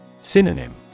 Synonym